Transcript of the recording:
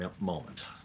moment